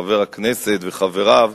חבר הכנסת וחבריו,